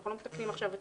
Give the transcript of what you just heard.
אנחנו לא מתקנים עכשיו את